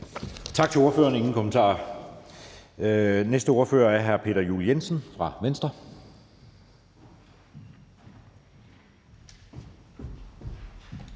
Tak til ordføreren. Der er ingen kommentarer. Næste ordfører er hr. Peter Juel-Jensen fra Venstre.